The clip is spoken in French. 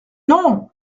non